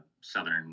southern